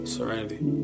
Serenity